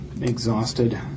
Exhausted